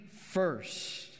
first